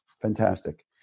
Fantastic